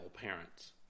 parents